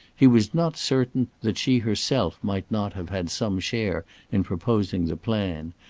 he was not certain that she herself might not have had some share in proposing the plan,